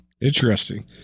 Interesting